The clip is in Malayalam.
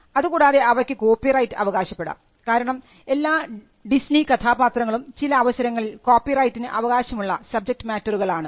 അതുകൂടാതെ അവയ്ക്ക് കോപ്പിറൈറ്റ് അവകാശപ്പെടാം കാരണം എല്ലാ ഡിസ്നി കഥാപാത്രങ്ങളും ചില അവസരങ്ങളിൽ കോപ്പിറൈറ്റിന് അവകാശമുള്ള സബ്ജക്ട് മാറ്ററുകൾ ആണ്